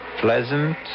pleasant